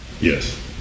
Yes